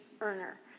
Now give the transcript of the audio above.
earner